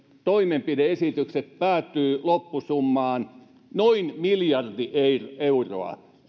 toimenpide esitykset päätyvät loppusummaan noin miljardi euroa